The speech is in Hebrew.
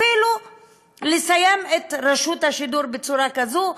אפילו לסיים את רשות השידור בצורה כזאת,